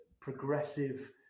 progressive